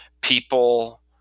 people